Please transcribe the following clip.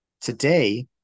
Today